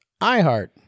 iHeart